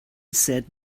said